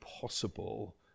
possible